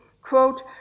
Quote